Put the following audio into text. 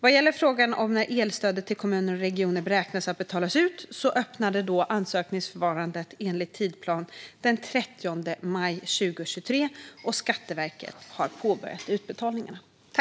Vad gäller frågan om när elstödet till kommuner och regioner beräknas att betalas ut öppnade ansökningsförfarandet enligt tidsplan den 30 maj 2023, och Skatteverket har påbörjat utbetalningarna.